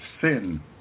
sin